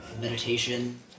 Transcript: meditation